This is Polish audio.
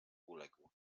uległ